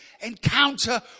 encounter